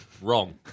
wrong